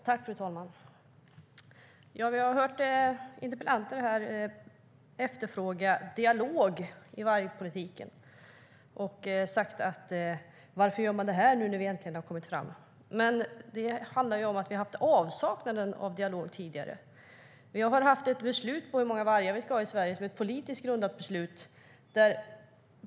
Fru talman! Vi har hört interpellanter efterfråga dialog i vargpolitiken och säga: Varför gör man det här nu när vi äntligen har kommit fram? Men det handlar ju om att vi tidigare har haft en avsaknad av dialog. Vi har haft ett beslut på hur många vargar vi ska ha i Sverige - ett politiskt grundat beslut.